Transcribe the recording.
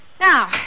Now